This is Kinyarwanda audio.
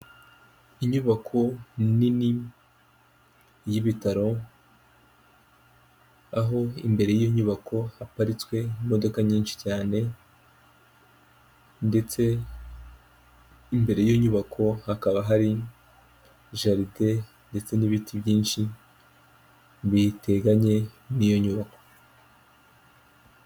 Inyubako nini y'ibitaro, aho imbere y'iyo nyubako haparitswe imodoka nyinshi cyane ndetse imbere y'iyo nyubako hakaba hari jaride ndetse n'ibiti byinshi biteganye n'iyo nyubako.